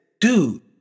dude